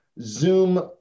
Zoom